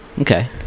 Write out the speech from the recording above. Okay